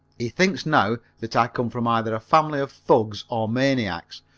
he thinks now that i come from either a family of thugs or maniacs,